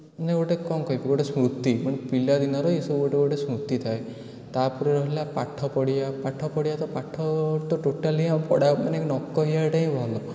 ମାନେ ଗୋଟେ କ'ଣ କହିବି ଗୋଟେ ସ୍ମୃତି ମାନେ ପିଲାଦିନର ଏସବୁ ଗୋଟେ ଗୋଟେ ସ୍ମୃତି ଥାଏ ତା'ପରେ ରହିଲା ପାଠ ପଢ଼ିବା ପାଠ ପଢ଼ିବା ତ ପାଠ ତ ଟୋଟାଲି ଆଉ ପଢ଼ା ମାନେ ନ କହିବାଟା ହିଁ ଭଲ